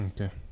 Okay